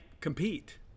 compete